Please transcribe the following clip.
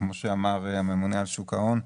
כמו שאמר הממונה על שוק ההון,